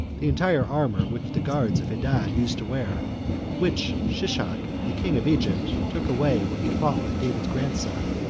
the entire armor which the guards of hadad used to wear which shishak, the king of egypt, took away when he fought with david's grandson,